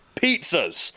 pizzas